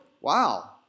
wow